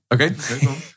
Okay